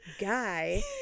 guy